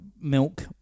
milk